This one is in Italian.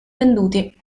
venduti